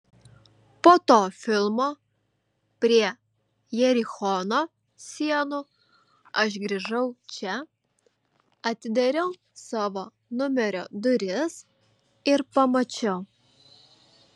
po to filmo prie jerichono sienų aš grįžau čia atidariau savo numerio duris ir pamačiau